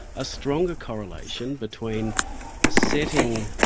a stronger correlation between setting,